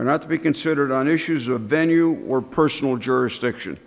or not to be considered on issues of venue or personal jurisdiction